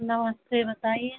नमस्ते बताइए